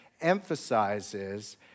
emphasizes